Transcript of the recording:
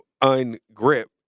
un-grip